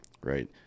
right